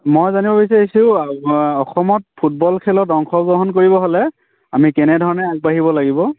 মই জানিব বিচাৰিছোঁ অসমত ফুটবল খেলত অংশগ্ৰহণ কৰিব হ'লে আমি কেনেধৰণে আগবাঢ়িব লাগিব